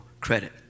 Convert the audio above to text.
credit